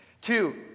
Two